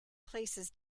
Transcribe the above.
places